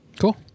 Cool